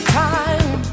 time